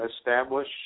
establish